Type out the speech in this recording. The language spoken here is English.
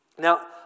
Now